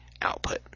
output